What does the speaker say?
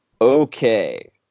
Okay